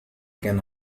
can